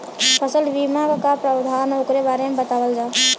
फसल बीमा क का प्रावधान हैं वोकरे बारे में बतावल जा?